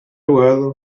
well